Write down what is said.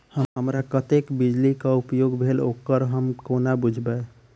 हमरा कत्तेक बिजली कऽ उपयोग भेल ओकर हम कोना बुझबै?